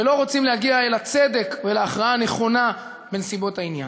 ולא רוצים להגיע אל הצדק ואל ההכרעה הנכונה בנסיבות העניין.